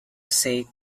sake